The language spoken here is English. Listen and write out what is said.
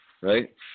right